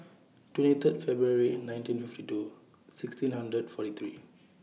twenty Third February nineteen fifty two sixteen hundred forty three